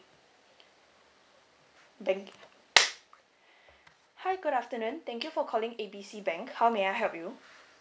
bank hi good afternoon thank you for calling A B C bank how may I help you